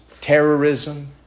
terrorism